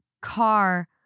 car